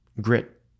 grit